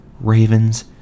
Ravens